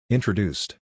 Introduced